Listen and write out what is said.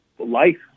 Life